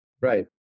Right